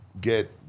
get